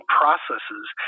processes